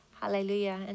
Hallelujah